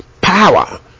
power